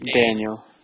Daniel